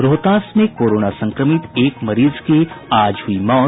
रोहतास में कोरोना संक्रमित एक मरीज की आज हुई मौत